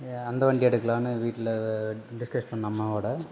யா அந்த வண்டி எடுக்கலான்னு வீட்டில வ டிஸ்கஸ் பண்ண அம்மாவோட